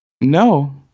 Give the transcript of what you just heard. No